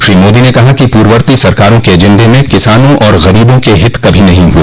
श्री मोदी ने कहा कि पूर्ववर्ती सरकारों के एजेंडे में किसानों और गरीबों के हित कभी नहीं हुए